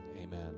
amen